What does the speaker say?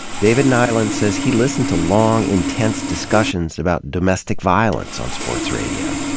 david nylund says he listened to long, intense discussions about domestic violence on sports radio,